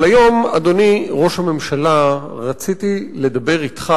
אבל היום, אדוני ראש הממשלה, רציתי לדבר אתך